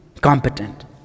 competent